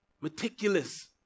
Meticulous